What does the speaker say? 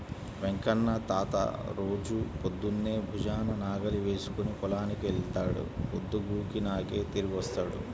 వెంకన్న తాత రోజూ పొద్దన్నే భుజాన నాగలి వేసుకుని పొలానికి వెళ్తాడు, పొద్దుగూకినాకే తిరిగొత్తాడు